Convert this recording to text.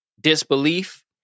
disbelief